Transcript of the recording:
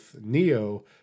Neo